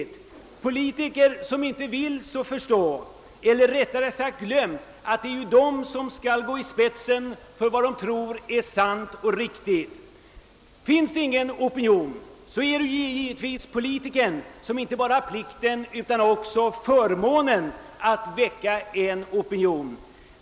Det är politiker som inte vill förstå eller, rättare sagt, glömt att det ju är de som skall gå i spetsen för vad de tror är sant och riktigt. Om det inte finns någon opinion är det naturligtvis politikern som har inte bara plikten utan också förmånen att väcka en opinion.